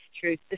truth